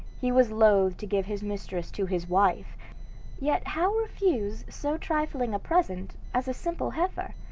he was loath to give his mistress to his wife yet how refuse so trifling a present as a simple heifer?